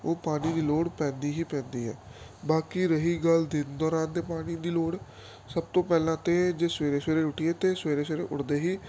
ਉਹ ਪਾਣੀ ਦੀ ਲੋੜ ਪੈਂਦੀ ਹੀ ਪੈਂਦੀ ਹੈ ਬਾਕੀ ਰਹੀ ਗੱਲ ਦਿਨ ਦੌਰਾਨ ਦੇ ਪਾਣੀ ਦੀ ਲੋੜ ਸਭ ਤੋਂ ਪਹਿਲਾਂ ਤਾਂ ਜੇ ਸਵੇਰੇ ਸਵੇਰੇ ਉੱਠੀਏ ਤਾਂ ਸਵੇਰੇ ਸਵੇਰੇ ਉੱਠਦੇ ਹੀ